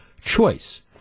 choice